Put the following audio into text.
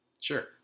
Sure